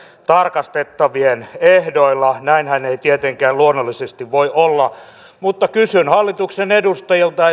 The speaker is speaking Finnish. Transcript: tarkastettavien ehdoilla näinhän ei tietenkään luonnollisesti voi olla kysyn hallituksen edustajilta